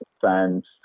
fans